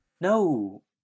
No